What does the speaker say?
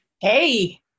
Hey